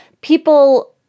people